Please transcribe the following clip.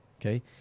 okay